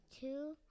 two